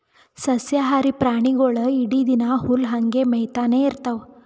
ಸಸ್ಯಾಹಾರಿ ಪ್ರಾಣಿಗೊಳ್ ಇಡೀ ದಿನಾ ಹುಲ್ಲ್ ಹಂಗೆ ಮೇಯ್ತಾನೆ ಇರ್ತವ್